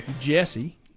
Jesse